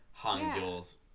hangul's